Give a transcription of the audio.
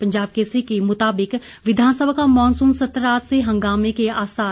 पंजाब केसरी के मुताबिक विधानसभा का मॉनसून सत्र आज से हंगामें के आसार